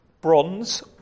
bronze